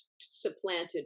supplanted